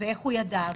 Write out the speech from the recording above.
ואיך הוא ידע?